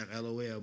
LOL